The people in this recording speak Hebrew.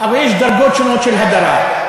אבל יש דרגות שונות של הדרה.